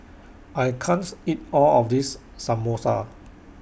I can't eat All of This Samosa